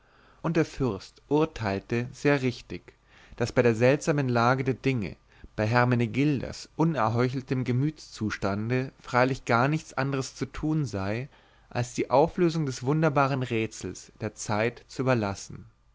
und der fürst urteilte sehr richtig daß bei der seltsamen lage der dinge bei hermenegildas unerheucheltem gemütszustande freilich gar nichts anders zu tun sei als die auflösung des wunderbaren rätsels der zeit zu überlassen